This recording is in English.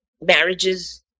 marriages